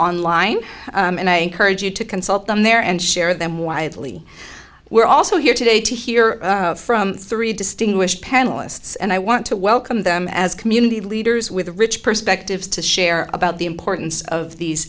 online and i heard you to consult on there and share them widely we're also here today to hear from three distinguished panelists and i want to welcome them as community leaders with rich perspectives to share about the importance of these